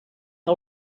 que